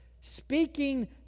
speaking